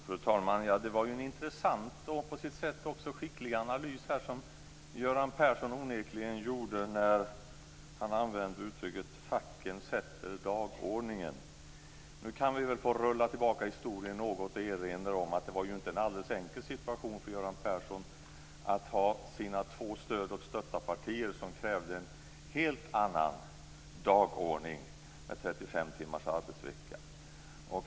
Fru talman! Det var en intressant och på sitt sätt också skicklig analys som Göran Persson onekligen gjorde när han använde uttrycket "facken sätter dagordningen". Nu kan vi väl få rulla tillbaka historien något och erinra om att det inte var en alldeles enkel situation för Göran Persson när hans två stödpartier krävde en helt annan dagordning med 35 timmars arbetsvecka.